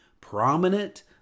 prominent